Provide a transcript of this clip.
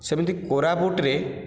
ସେମିତି କୋରପୁଟରେ